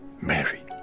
Mary